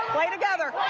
play together.